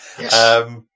Yes